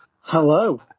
Hello